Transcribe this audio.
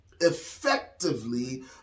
effectively